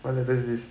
what letter is this